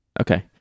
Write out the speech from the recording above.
Okay